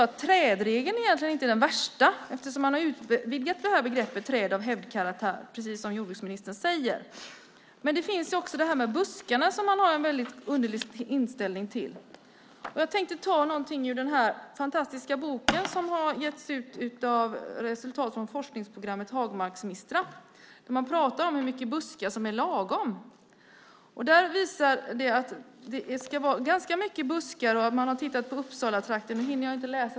Trädregeln är inte den värsta eftersom man har utvidgat begreppet "träd av hävdkaraktär", precis som jordbruksministern säger. Men buskarna har man en mycket underlig inställning till. Jag tänkte ta något ur den fantastiska bok som har getts ut som ett resultat av forskningsprogrammet Hagmarksmistra. Där skriver man om hur mycket buskar som är lagom. Det ska vara ganska mycket buskar. Man har tittat på Uppsalatrakten.